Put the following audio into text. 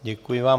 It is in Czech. Děkuji vám.